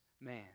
man